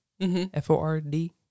F-O-R-D